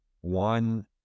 one